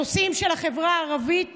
הנושאים של החברה הערבית